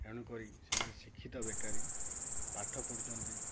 ଏଣୁକରି ସେମାନେ ଶିକ୍ଷିତ ବେକାରୀ ପାଠ ପଢ଼ୁଛନ୍ତି